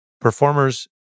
Performers